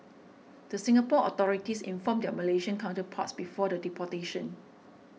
the Singapore authorities informed their Malaysian counterparts before the deportation